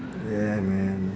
yeah man